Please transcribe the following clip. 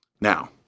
Now